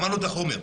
למדנו את החומר.